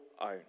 own